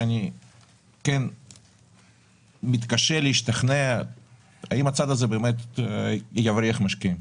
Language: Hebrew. אני מתקשה להשתכנע האם הצעד הזה באמת יבריח משקיעים.